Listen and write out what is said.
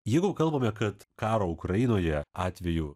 jeigu kalbame kad karo ukrainoje atveju